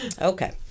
okay